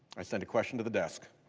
i send a question to the desk.